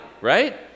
right